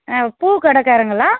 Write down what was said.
ம் பூக்கடைக்காரங்களா